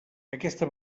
aquesta